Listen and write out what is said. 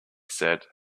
said